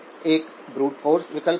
एक brute force विकल्प होगा